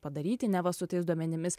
padaryti neva su tais duomenimis